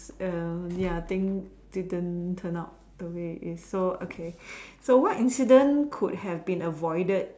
uh ya I think didn't turn out to me it so okay so what incident could have been avoided